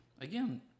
again